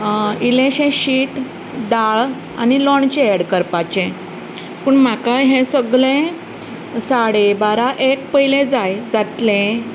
इल्लेशें शीत दाळ आनी लोणचें एड करपाचें पूण म्हाका हें सगळें साडे बारा एक पयलें जाय जातलें